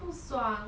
不爽